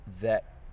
that-